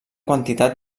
quantitat